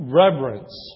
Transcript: reverence